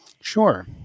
sure